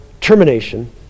termination